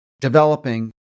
developing